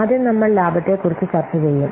ആദ്യം നമ്മൾ ലാഭത്തെക്കുറിച്ച് ചർച്ച ചെയ്യും